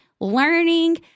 learning